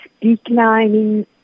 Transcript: declining